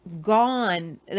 gone